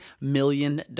million